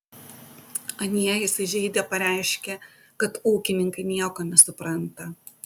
anie įsižeidę pareiškė kad ūkininkai nieko nesupranta